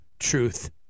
truth